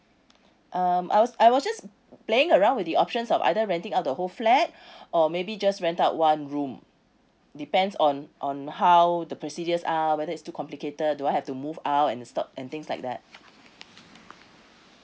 um I was I was just playing around with the options of either renting out the whole flat or maybe just rent out one room depends on on how the procedures are whether is too complicated do I have to move out and the stuff and things like that